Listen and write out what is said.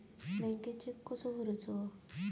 बँकेत चेक कसो भरायचो?